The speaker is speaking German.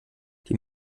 die